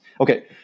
Okay